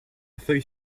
feuille